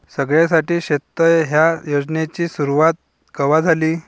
सगळ्याइसाठी शेततळे ह्या योजनेची सुरुवात कवा झाली?